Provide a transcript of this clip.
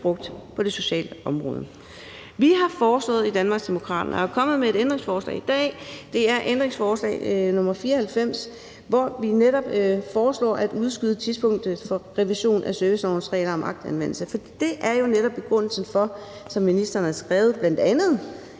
brugt på det sociale område. Vi har i Danmarksdemokraterne foreslået og er kommet med et ændringsforslag i dag om – det er ændringsforslag nr. 54 – at udskyde tidspunktet for revision af servicelovens regler om magtanvendelse, for det er jo netop begrundelsen for, som ministeren bl.a. har skrevet, at det